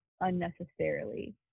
unnecessarily